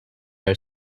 are